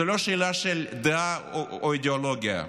זו לא שאלה של דעה או אידיאולוגיה,